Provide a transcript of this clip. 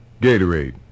Gatorade